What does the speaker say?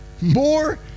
more